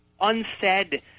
unsaid